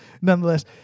nonetheless